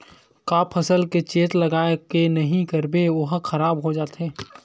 का फसल के चेत लगय के नहीं करबे ओहा खराब हो जाथे?